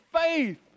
faith